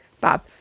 Bob